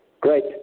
great